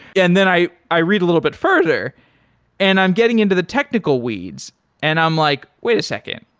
and then i i read a little bit further and i'm getting into the technical weeds and i'm like, wait a second.